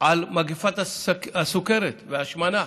מגפת הסוכרת וההשמנה